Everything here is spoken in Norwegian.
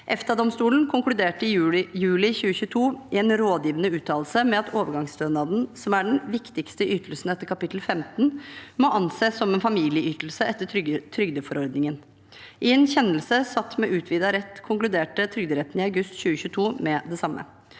EFTA-domstolen konkluderte i juli 2022 i en rådgivende uttalelse med at overgangsstønaden, som er den viktigste ytelsen etter kapittel 15, må anses som en familieytelse etter trygdeforordningen. I en kjennelse satt med utvidet rett konkluderte Trygderetten i august 2022 med det samme.